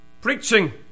Preaching